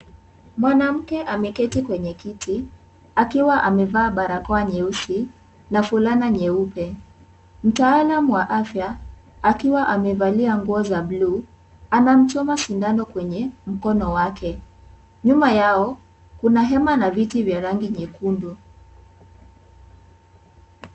Mwanamke ameketi kwenye kiti, akiwa amevaa barakoa nyeusi, na fulana nyeupe. Mtaalam wa afya, akiwa amevalia nguo za bluu, anamchoma sindano kwenye mkono wake. Nyuma yao, kuna hema na viti vya rangi nyekundu.